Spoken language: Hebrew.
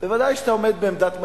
בוודאי כשאתה עומד בעמדת מנהיגות,